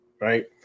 right